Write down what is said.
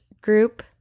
group